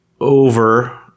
over